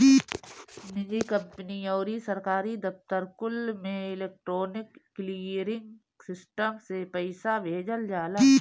निजी कंपनी अउरी सरकारी दफ्तर कुल में इलेक्ट्रोनिक क्लीयरिंग सिस्टम से पईसा भेजल जाला